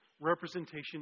representation